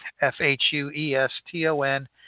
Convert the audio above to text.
F-H-U-E-S-T-O-N